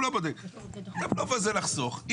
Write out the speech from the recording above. הוא לא בודק אז נחסוך את זה.